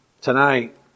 Tonight